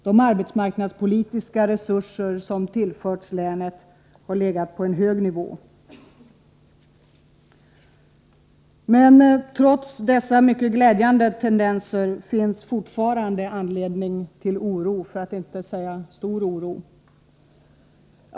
De arbetsmarknadspolitiska resurser som tillförts länet har legat på en hög nivå. Men trots dessa mycket glädjande tendenser finns fortfarande anledning till stor oro.